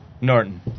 Norton